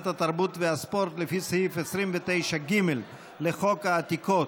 התרבות והספורט לפי סעיף 29(ג) לחוק העתיקות,